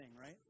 right